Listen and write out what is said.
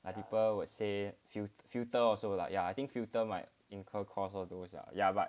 like people would say filter also like ya I think filter might incur costs also sia ya but